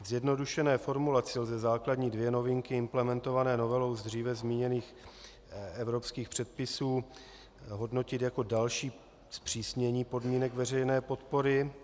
Zjednodušené formulaci lze základní dvě novinky implementované novelou z dříve zmíněných evropských předpisů hodnotit jako další zpřísnění podmínek veřejné podpory.